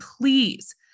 please